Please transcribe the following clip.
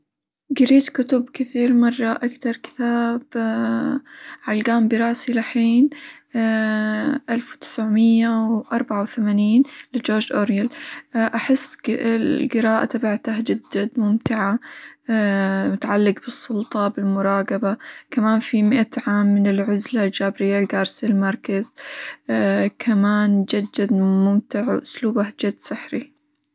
قريت كتب كثير مرة أكثر كتاب علقان براسي لحين ألف وتسع مية وأربعة وثمانين لجورج أوريال، أحس -ال- القراءة تبعته جد جد ممتعة متعلق بالسلطة، بالمراقبة، كمان في مئة عام من العزلة جابريال جارسيل ماركيز كمان جد جد ممتع، وأسلوبه جد سحري.